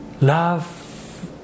love